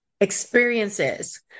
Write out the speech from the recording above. experiences